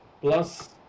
plus